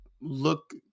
look